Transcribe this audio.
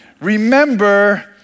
remember